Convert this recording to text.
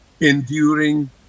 enduring